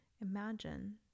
Imagine